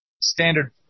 standard